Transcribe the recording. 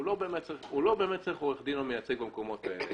הוא לא באמת צריך עורך דין או מייצג במקומות האלה.